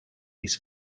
this